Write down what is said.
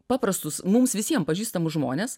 paprastus mums visiem pažįstamus žmones